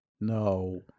No